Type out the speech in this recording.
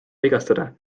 vigastada